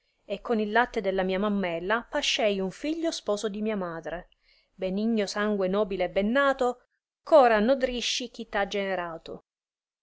e con il latte della mia mammella pascei un figlio sposo di mia madre benigno sangue nobile e ben nato ch ora nodrisci chi t ha generato